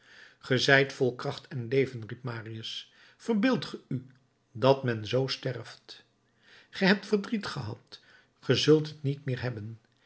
zijt vol kracht en leven riep marius verbeeldt ge u dat men z sterft ge hebt verdriet gehad ge zult het niet meer hebben